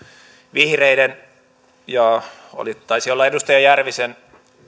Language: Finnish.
vihreiden taisi olla edustaja järvinen